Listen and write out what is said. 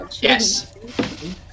Yes